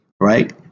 right